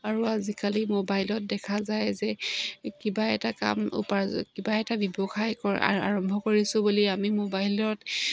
আৰু আজিকালি মোবাইলত দেখা যায় যে কিবা এটা কাম কিবা এটা ব্যৱসায় আৰম্ভ কৰিছোঁ বুলি আমি মোবাইলত